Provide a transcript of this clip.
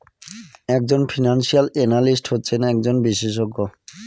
এক জন financial analyst হচ্ছেন একজন বিশেষজ্ঞ